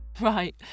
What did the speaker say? Right